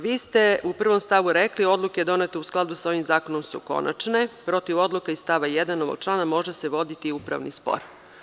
Vi ste u prvom stavu rekli – odluke donete u skladu sa ovim zakonom su konačne; protiv odluka iz stava 1. ovog člana može se voditi upravni spor.